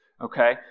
Okay